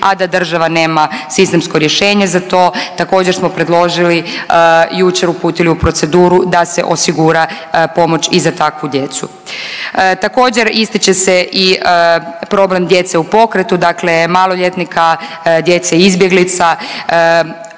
a da država nema sistemsko rješenje za to. Također smo predložili i jučer uputili u proceduru da se osigura pomoć i za takvu djecu. Također ističe se i problem djece u pokretu, dakle maloljetnika, djece izbjeglica,